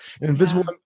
Invisible